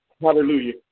Hallelujah